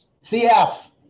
C-F